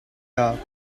dark